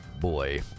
boy